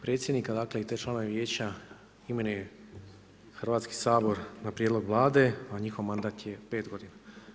Predsjednika i te članove Vijeća imenuje Hrvatski sabor na prijedlog Vlade, a njihov mandat je pet godina.